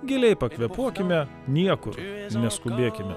giliai pakvėpuokime niekur neskubėkime